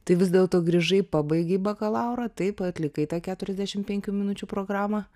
tai vis dėlto grįžai pabaigei bakalaurą taip atlikai tą keturiasdešim penkių minučių programą